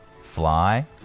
fly